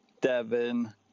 Devin